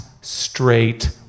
straight